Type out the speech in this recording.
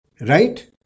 Right